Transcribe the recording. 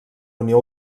unió